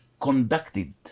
conducted